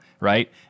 right